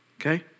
okay